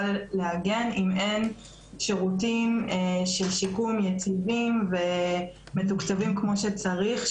להגן אם אין שירותים יציבים של שיקום שמתוקצבים כמו שצריך,